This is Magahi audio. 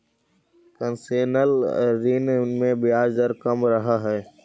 कंसेशनल ऋण में ब्याज दर कम रहऽ हइ